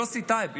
יוסי טייב,